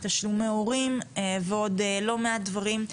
תשלומי הורים ועוד לא מעט דברים.